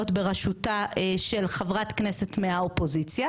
בראשותה של חברת כנסת מהאופוזיציה,